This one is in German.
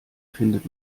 findet